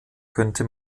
könnte